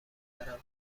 برم